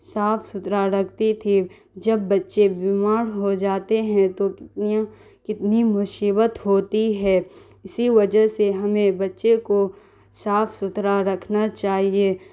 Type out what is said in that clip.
صاف ستھرا رکھتی تھی جب بچے بیمار ہو جاتے ہیں تو کتنی کتنی مصیبت ہوتی ہے اسی وجہ سے ہمیں بچے کو صاف ستھرا رکھنا چاہیے